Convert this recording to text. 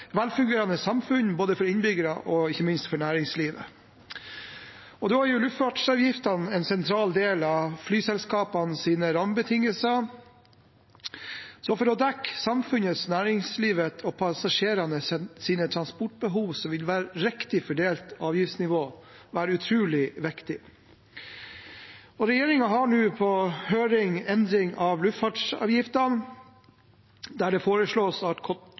velfungerende samfunn både for innbyggerne og ikke minst for næringslivet. Luftfartsavgiftene er en sentral del av flyselskapenes rammebetingelser, og for å dekke samfunnets, næringslivets og passasjerenes transportbehov vil et riktig fordelt avgiftsnivå være utrolig viktig. Regjeringen har nå en endring av luftfartsavgiftene på høring, der det foreslås at